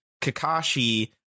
Kakashi